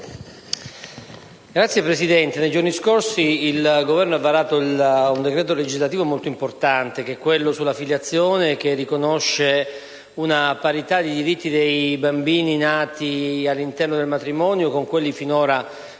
Signora Presidente, nei giorni scorsi il Governo ha varato un decreto legislativo molto importante, quello sulla filiazione, che riconosce parità di diritti tra i bambini nati all'interno del matrimonio e quelli finora considerati